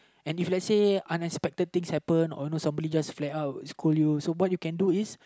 and if let's say unexpected things happen or you know somebody just flare out and scold you so what you can do is